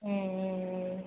ம் ம் ம்